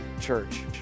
Church